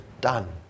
done